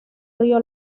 río